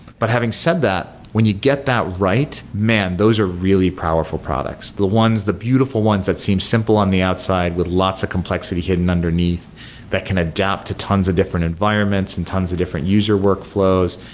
but having said that, when you get that right, man, those are really powerful products. the ones, the beautiful ones that seems simple on the outside with lots of complexity hidden underneath that can adapt to tons of different environments and tons of different user workflows.